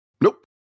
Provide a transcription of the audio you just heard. Nope